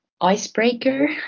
icebreaker